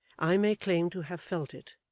i may claim to have felt it,